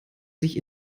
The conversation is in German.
sich